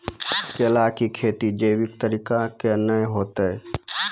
केला की खेती जैविक तरीका के ना होते?